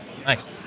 Nice